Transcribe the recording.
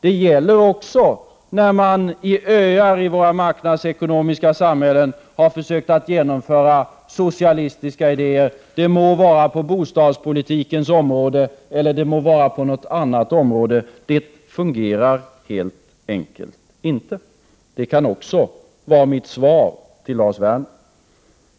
Det gäller också när man i öar i marknadsekonomiska samhällen har försökt genomföra socialistiska idéer. Det må vara på bostadspolitikens område eller på något annat område. Det fungerar helt enkelt inte. Det kan också vara mitt svar till Lars Werner.